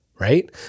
right